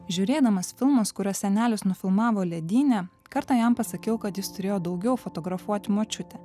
žiūrėdamas filmus kuriuos senelis nufilmavo ledyne kartą jam pasakiau kad jis turėjo daugiau fotografuoti močiutę